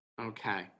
Okay